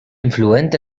influent